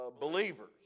believers